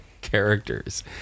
characters